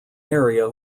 area